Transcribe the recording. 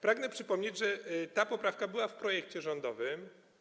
Pragnę przypomnieć, że ta poprawka była w projekcie rządowym.